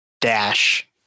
dash